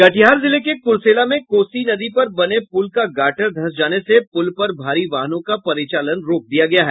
कटिहार जिले के कुरसेला में कोसी नदी पर बने पुल का गार्टर धंस जाने से पुल पर भारी वाहनों का परिचालन रोक दिया गया है